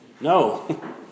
No